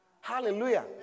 Hallelujah